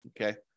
Okay